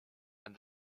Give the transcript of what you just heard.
and